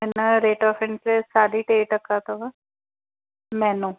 हिनजो rate of interest साढी टे टका अथव महीनो